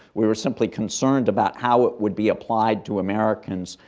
we were simply concerned about how it would be applied to americans,